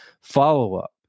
follow-up